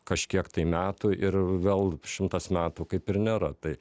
kažkiek metų ir vėl šimtas metų kaip ir nėra tai